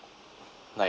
like